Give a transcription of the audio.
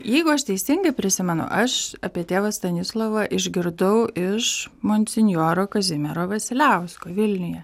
jeigu aš teisingai prisimenu aš apie tėvą stanislovą išgirdau iš monsinjoro kazimiero vasiliausko vilniuje